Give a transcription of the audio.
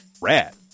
rad